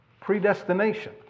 predestination